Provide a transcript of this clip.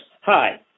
Hi